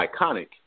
iconic